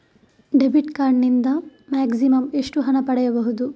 Debit card ನಿಂದ maximum ಎಷ್ಟು ಹಣ ಪಡೆಯಬಹುದು?